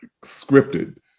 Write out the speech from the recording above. scripted